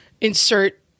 insert